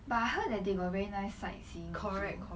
but I heard that they got very nice sightseeing also